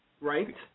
Right